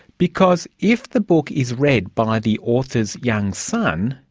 because if the book is read by the author's young son,